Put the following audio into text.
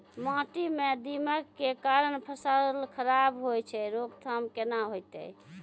माटी म दीमक के कारण फसल खराब होय छै, रोकथाम केना होतै?